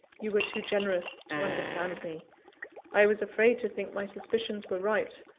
you were too generous to understand me i was afraid to think my suspicions were right,